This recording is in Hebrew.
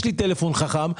יש לי טלפון חכם,